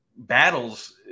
Battles